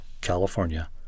California